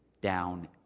down